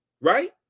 right